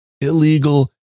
illegal